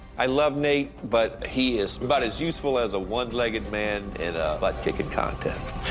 i love nate. but he is about as useful as a one-legged man in a butt-kicking contest.